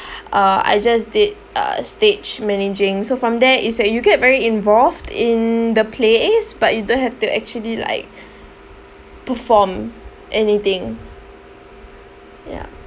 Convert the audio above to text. uh I just did uh stage managing so from there it's like you get very involved in the plays but you don't have to actually like perform anything ya